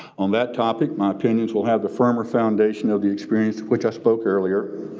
on that topic, my opinions will have the firmer foundation of the experience which i spoke earlier.